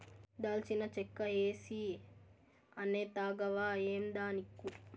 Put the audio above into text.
దాల్చిన చెక్క ఏసీ అనే తాగవా ఏందానిక్కు